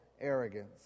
arrogance